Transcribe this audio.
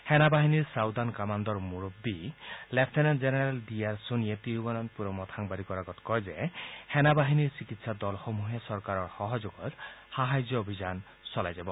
সেনা বাহিনীৰ ছাউদাৰ্ণ কামাণ্ডৰ মুৰবী লেফটেনেণ্ট জেনেৰেল ডি আৰ ছোনীয়ে তিৰুৱনন্তপুৰমত সাংবাদিকৰ আগত কয় যে সেনা বাহিনীৰ চিকিৎসা দলসমূহে চৰকাৰৰ সহযোগত সাহায্য অভিযান চলাই যাব